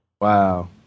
wow